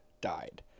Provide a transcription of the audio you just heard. died